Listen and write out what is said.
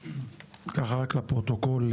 לפרוטוקול,